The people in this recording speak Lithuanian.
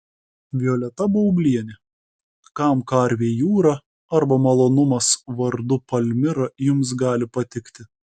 violeta baublienė kam karvei jūra arba malonumas vardu palmira jums gali patikti